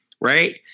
right